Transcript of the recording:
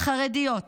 חרדיות,